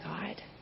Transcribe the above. God